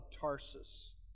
Tarsus